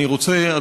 אני רוצה,